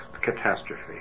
catastrophe